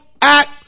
act